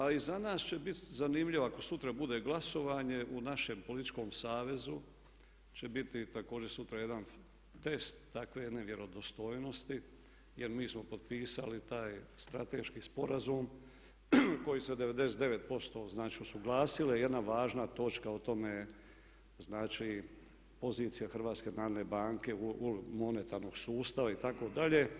A i za nas će biti zanimljivo ako sutra bude glasovanje u našem političkom savezu će biti također sutra jedan test takve jedne vjerodostojnosti jer mi smo potpisali taj strateški sporazum koji se u 99% znači usuglasile, jedna važna točka, o tome je znači pozicija HNB-a, monetarnog sustava itd.